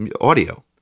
audio